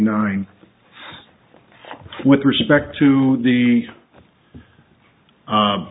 nine with respect to the